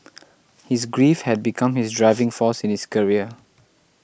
his grief had become his driving force in his career